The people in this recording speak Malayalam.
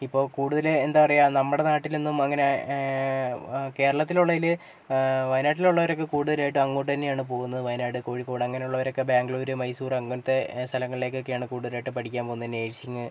ഇപ്പോൾ കൂടുതൽ എന്താണ് പറയുക നമ്മുടെ നാട്ടിലൊന്നും അങ്ങനെ കേരളത്തിൽ ഉള്ളതിൽ വയനാട്ടിൽ ഉള്ളവരൊക്കെ കൂടുതലായിട്ടും അങ്ങോട്ട് തന്നെയാണ് പോകുന്നത് വയനാട് കോഴിക്കോട് അങ്ങനെയുള്ളവരൊക്കെ ബാംഗ്ലൂർ മൈസൂർ അങ്ങനത്തെ സ്ഥലങ്ങളിലേക്ക് ഒക്കെയാണ് കൂടുതലായിട്ട് പഠിക്കാൻ പോകുന്നത് നഴ്സിംഗ്